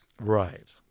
right